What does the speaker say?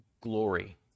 glory